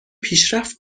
پیشرفت